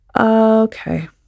Okay